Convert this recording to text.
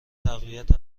تقویت